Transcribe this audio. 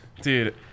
dude